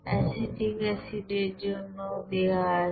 acetic অ্যাসিডের জন্যও দেওয়া আছে